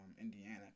Indiana